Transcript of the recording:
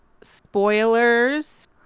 spoilers